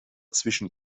zwischen